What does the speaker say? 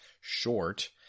short